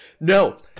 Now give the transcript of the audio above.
No